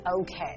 Okay